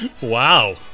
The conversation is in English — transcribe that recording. Wow